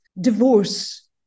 divorce